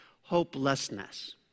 hopelessness